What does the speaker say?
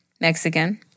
Mexican